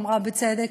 אמרה בצדק